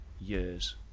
years